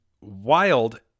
wild